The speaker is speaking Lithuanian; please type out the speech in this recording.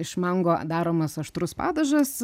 iš mango daromas aštrus padažas